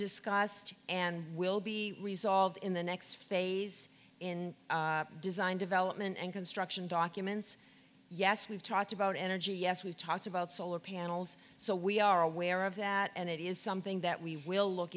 discussed and will be resolved in the next phase in design development and construction documents yes we've talked about energy yes we've talked about solar panels so we are aware of that and it is something that we will look